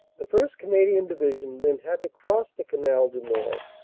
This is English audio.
the first. canadian division, then, had to cross the canal du nord,